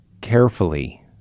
carefully